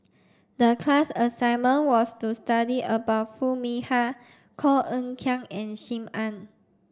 the class assignment was to study about Foo Mee Har Koh Eng Kian and Sim Ann